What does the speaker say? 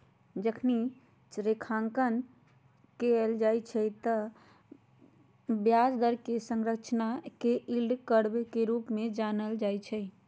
जखनी रेखांकन कएल जाइ छइ तऽ ब्याज दर कें संरचना के यील्ड कर्व के रूप में जानल जाइ छइ